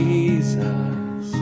Jesus